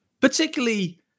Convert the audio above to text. particularly